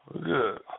Good